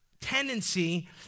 tendency